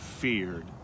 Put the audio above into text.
feared